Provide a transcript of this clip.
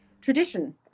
tradition